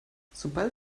sobald